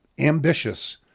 ambitious